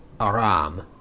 Aram